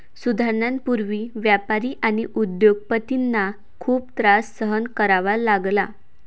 सुधारणांपूर्वी व्यापारी आणि उद्योग पतींना खूप त्रास सहन करावा लागला